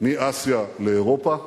מאסיה לאירופה.